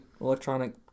electronic